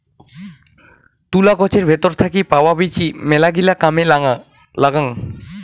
তুলা গছের ভেতর থাকি পাওয়া বীচি মেলাগিলা কামে লাগাং